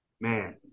man